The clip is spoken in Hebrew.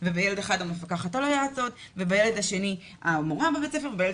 ובילד אחד המפקחת ובילד אחר המורה בבית הספר ובילד